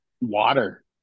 water